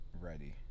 Ready